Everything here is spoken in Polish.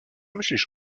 myślisz